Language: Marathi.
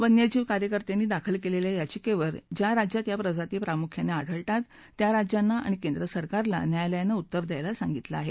वन्यजीव कार्यकर्त्यांनी दाखल केलेल्या याचिकेवर ज्या राज्यात या प्रजाती प्रामुख्यानं आढळतात त्या राज्यांना आणि केंद्र सरकारला न्यायालयानं उत्तर द्यायला सांगितलं आहे